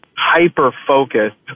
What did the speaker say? hyper-focused